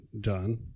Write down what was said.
done